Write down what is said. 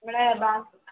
നമ്മുടെ ബാ